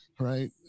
Right